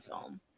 film